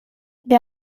wir